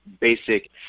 basic